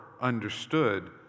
understood